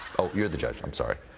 oh, you're the judge. i'm sorry.